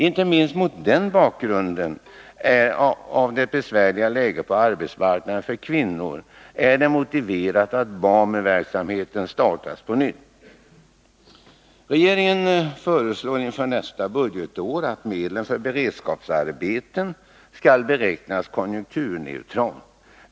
Inte minst mot bakgrund av det besvärliga läget på arbetsmarknaden för kvinnor är det motiverat att BAMU-verksamheten startas på nytt. Regeringen föreslår inför nästa budgetår att medlen för beredskapsarbeten skall beräknas konjunkturneutralt.